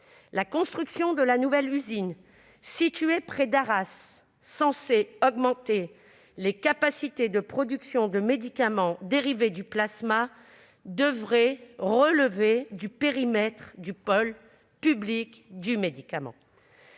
La construction de la nouvelle usine, située près d'Arras, censée augmenter les capacités de production de médicaments dérivés du plasma devrait relever du périmètre du pôle public du médicament.